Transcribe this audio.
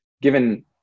given